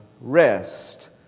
rest